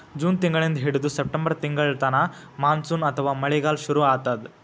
June ತಿಂಗಳಿಂದ್ ಹಿಡದು September ತಿಂಗಳ್ತನಾ ಮಾನ್ಸೂನ್ ಅಥವಾ ಮಳಿಗಾಲ್ ಶುರು ಆತದ್